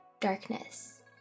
darkness